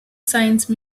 science